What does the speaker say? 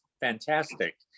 fantastic